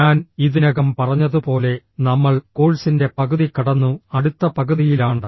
ഞാൻ ഇതിനകം പറഞ്ഞതുപോലെ നമ്മൾ കോഴ്സിന്റെ പകുതി കടന്നു അടുത്ത പകുതിയിലാണ്